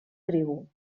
tribu